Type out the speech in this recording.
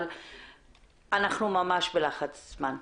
אבל אנחנו ממש בלחץ זמן.